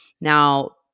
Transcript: Now